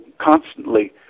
constantly